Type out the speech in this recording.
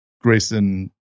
Grayson